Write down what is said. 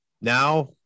Now